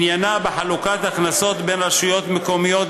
עניינה בחלוקת הכנסות בין רשויות מקומיות